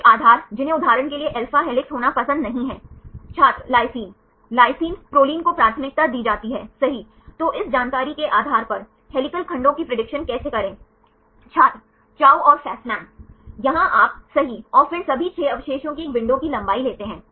तो अगर हम 4 परमाणुओं के निर्देशांक प्राप्त करते हैं क्योंकि डायहेड्रल कोण के लिए 4 परमाणुओं की आवश्यकता होती है